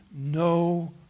no